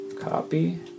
copy